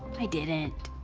i didn't.